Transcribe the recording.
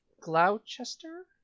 Gloucester